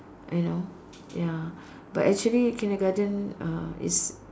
you know ya but actually kindergarten uh is